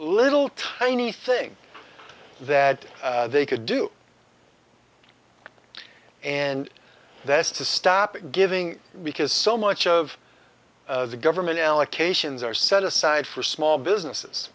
little tiny thing that they could do and that's to stop giving because so much of the government allocations are set aside for small businesses